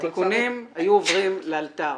התיקונים היו עוברים לאלתר,